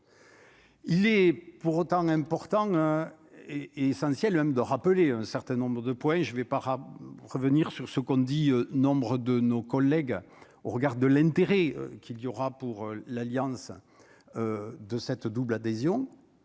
Il est pourtant important et est essentiel même de rappeler un certain nombre de points et je vais pas revenir sur ce qu'on dit, nombre de nos collègues, au regard de l'intérêt qu'il y aura pour l'alliance de cette double adhésion